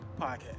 podcast